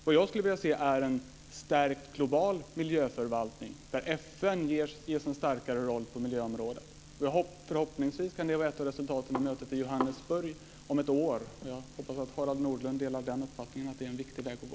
Vad jag skulle vilja se är en stärkt global miljöförvaltning där FN ges en starkare roll på miljöområdet. Förhoppningsvis kan det bli ett av resultaten av mötet i Johannesburg om ett år. Jag hoppas att Harald Nordlund delar uppfattningen att det är en riktig väg att gå.